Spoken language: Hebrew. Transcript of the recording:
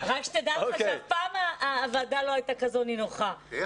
רק שתדע שאף פעם הוועדה לא הייתה כל כך נינוחה כמו היום.